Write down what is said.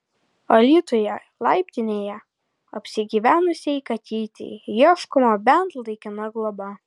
alytuje laiptinėje apsigyvenusiai katytei ieškoma bent laikina globa